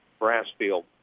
Brassfield